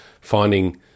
finding